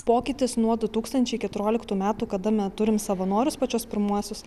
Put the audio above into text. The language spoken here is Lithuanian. pokytis nuo du tūkstančiai keturioliktų metų kada me turim savanorius pačius pirmuosius